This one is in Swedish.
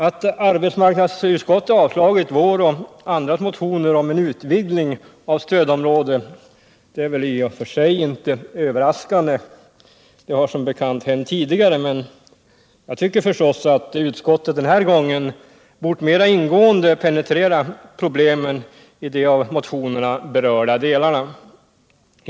Att arbetsmarknadsutskottet avstyrkt vår motion och andras motioner om en utvidgning av stödområdet är väl i och för sig inte överraskande. Det har som bekant hänt tidigare. Men jag tycker att utskottet den här gången mer ingående borde ha penetrerat problemen i de delar av landet som berörs i motionerna.